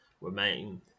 remain